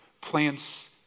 Plants